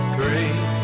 great